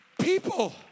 people